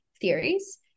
theories